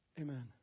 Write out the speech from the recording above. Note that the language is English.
Amen